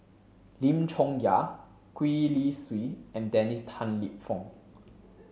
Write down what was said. Lim Chong Yah Gwee Li Sui and Dennis Tan Lip Fong